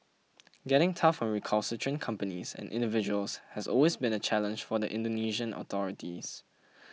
getting tough on recalcitrant companies and individuals has always been a challenge for the Indonesian authorities